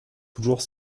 toujours